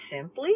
simply